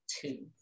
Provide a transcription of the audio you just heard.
two